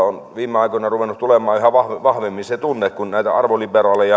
on viime aikoina ruvennut tulemaan yhä vahvemmin se tunne kun näiden arvoliberaalien